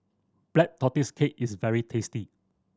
Black Tortoise Cake is very tasty